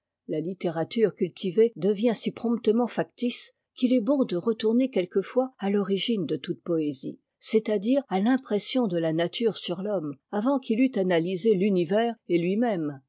la littérature cultivée devient si promptement factice qu'il est bon de retourner quelquefois à l'origine de toute poésie c'est-àdire à l'impression de la nature sur l'homme avant qu'il eût analysé l'univers et lui-même